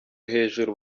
hejuru